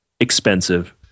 expensive